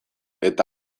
eta